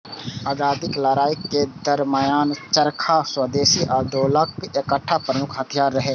आजादीक लड़ाइ के दरमियान चरखा स्वदेशी आंदोलनक एकटा प्रमुख हथियार रहै